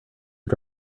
are